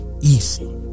easy